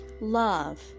Love